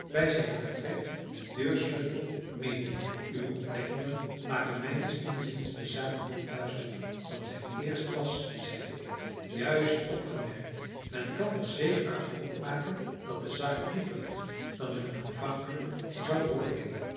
bij zijn vertrek den deursleutel medenam uw ontdekkingen maken mijns inziens de zaak nog duisterder dan zij eerst was zeide ik juist opgemerkt men kan er zeker uit opmaken dat de zaak dieper ligt dan men aanvankelijk zou oordeelen